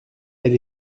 elle